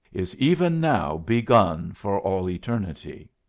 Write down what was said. is even now begun for all eternity.